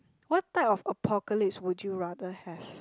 what type of apocalypse would you rather have